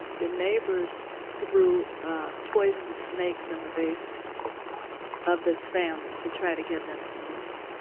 the neighbors threw ah poisonous snakes in the basement of this family to try to get them to move,